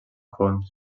fons